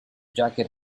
jacket